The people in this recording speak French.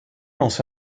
lance